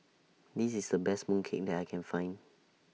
This IS The Best Mooncake that I Can Find